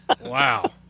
Wow